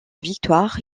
victoire